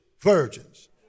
virgins